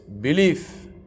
belief